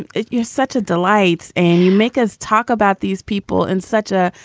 and you're such a delight. and you make us talk about these people and such a.